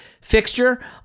fixture